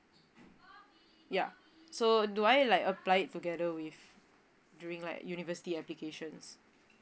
yup so do I like apply it together with during like university applications